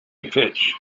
pitch